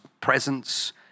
presence